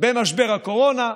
במשבר הקורונה,